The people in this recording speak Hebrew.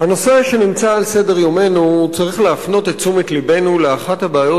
הנושא שנמצא על סדר-יומנו צריך להפנות את תשומת לבנו לאחת הבעיות